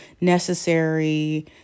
necessary